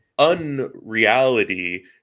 unreality